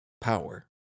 power